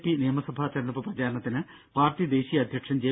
P നിയമസഭാ തെരഞ്ഞെടുപ്പ് പ്രചാരണത്തിന് പാർട്ടി ദേശീയ അധ്യക്ഷൻ ജെ